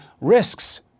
risks